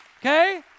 okay